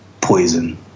Poison